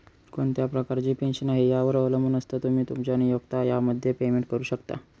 कोणत्या प्रकारची पेन्शन आहे, यावर अवलंबून असतं, तुम्ही, तुमचा नियोक्ता यामध्ये पेमेंट करू शकता